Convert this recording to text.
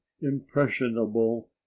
impressionable